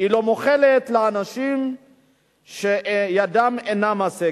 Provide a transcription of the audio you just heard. לא מוחלת לאנשים שידם אינה משגת.